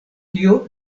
tio